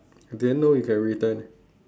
I didn't know you can return